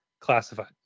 Classified